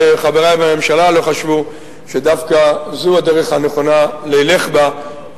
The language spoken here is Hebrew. וחברי מהממשלה לא חשבו שדווקא זו הדרך הנכונה לילך בה,